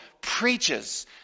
preaches